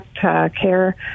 care